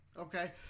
Okay